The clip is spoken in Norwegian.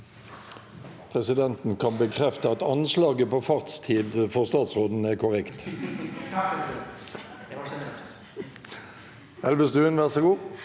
Presidenten kan bekrefte at anslaget på fartstid for statsråden er korrekt.